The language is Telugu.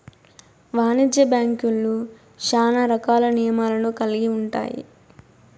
వాణిజ్య బ్యాంక్యులు శ్యానా రకాల నియమాలను కల్గి ఉంటాయి